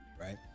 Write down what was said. Right